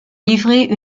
livré